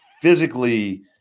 physically